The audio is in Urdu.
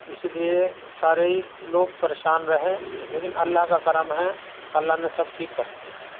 اس لیے سارے لوگ پریشان رہیں لیکن اللہ کا کرم ہے اللہ نے سب ٹھیک کر دیا